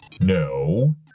No